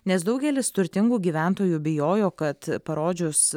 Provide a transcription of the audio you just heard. nes daugelis turtingų gyventojų bijojo kad parodžius